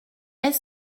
est